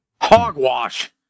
Hogwash